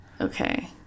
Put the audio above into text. Okay